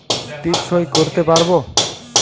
টিপ সই করতে পারবো?